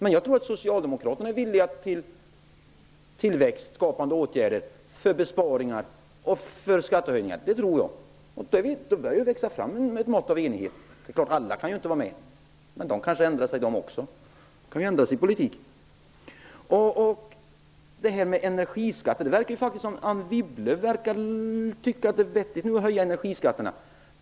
Men jag tror att socialdemokraterna är för tillväxtskapande åtgärder, besparingar och skattehöjningar. Då börjar det växa fram ett mått av enighet. Alla kan ju inte vara med, men de kanske ändrar sig. De kan ändra sin politik. Det verkar som om Anne Wibble tycker att det är vettigt att höja energiskatterna.